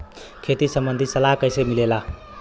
खेती संबंधित सलाह कैसे मिलेला?